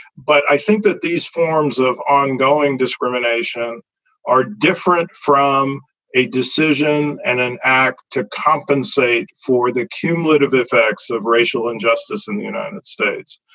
but i think that these forms of ongoing discrimination are different from a decision and an act to compensate for the cumulative effects of racial injustice in the united states.